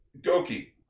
Goki